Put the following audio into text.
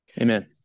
Amen